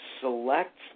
select